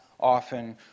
Often